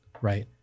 right